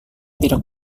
tidak